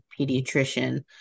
pediatrician